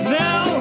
now